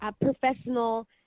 professional